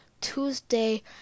Tuesday